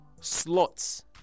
slots